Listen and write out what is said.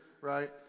right